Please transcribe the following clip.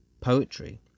poetry